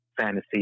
fantasy